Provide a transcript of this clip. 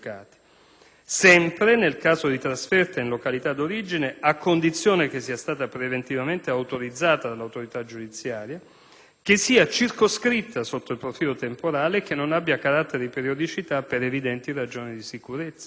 sempre, nel caso di trasferta in località di origine, a condizione che sia stata previamente autorizzata dall'autorità giudiziaria, che sia circoscritta sotto il profilo temporale e che non abbia carattere di periodicità, ciò per evidenti esigenze di sicurezza;